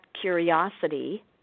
curiosity